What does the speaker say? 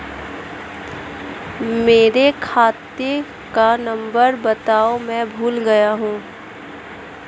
मेरे खाते का नंबर बताओ मैं भूल गया हूं